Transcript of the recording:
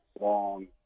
long